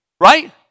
right